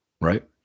right